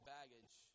Baggage